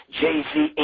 Jay-Z